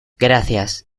gracias